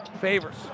Favors